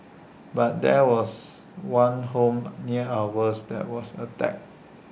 but there was one home near ours that was attacked